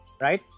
Right